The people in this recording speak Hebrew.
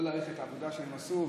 להעריך את העבודה שהם עשו,